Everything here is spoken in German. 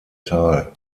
teil